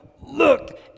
look